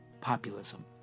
populism